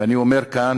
ואני אומר כאן,